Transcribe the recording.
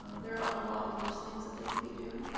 there are a lot worse things that they can be doing.